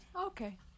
Okay